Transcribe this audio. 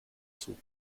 suchen